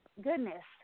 Goodness